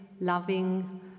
loving